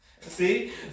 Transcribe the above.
See